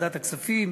בוועדת הכספים,